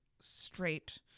straight